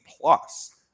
Plus